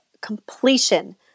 completion